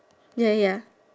ya ya ya